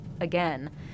again